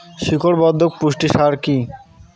শিকড় বর্ধক পুষ্টি সার কি?